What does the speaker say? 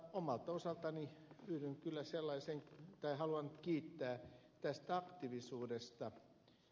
omalta osaltani haluan kyllä kiittää tästä aktiivisuudesta